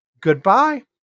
Goodbye